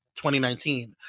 2019